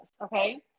okay